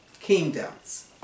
kingdoms